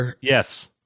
Yes